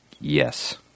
Yes